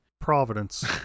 Providence